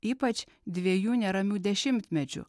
ypač dviejų neramių dešimtmečių